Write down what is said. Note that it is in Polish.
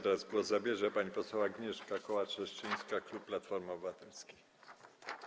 Teraz głos zabierze pani poseł Agnieszka Kołacz-Leszczyńska, klub Platformy Obywatelskiej.